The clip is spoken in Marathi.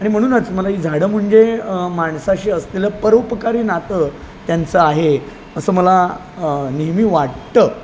आणि म्हणूनच मला ही झाडं म्हणजे माणसाशी असलेलं परोपकारी नातं त्यांचं आहे असं मला नेहमी वाटतं